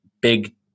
big